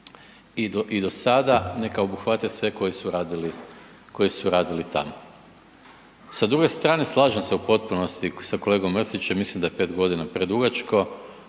i do sada neka obuhvate sve koji su radili tamo. Sa druge strane slažem se u potpunosti sa kolegom Mrsićem, mislim da je pete godina predugačko.